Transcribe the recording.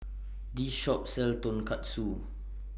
This Shop sells Tonkatsu